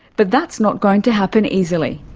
but that's not going to happen easily.